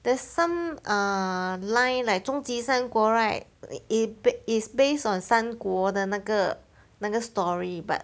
there's some err line like 终极三国 right is is based on 三国的那个那个 story but